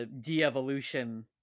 de-evolution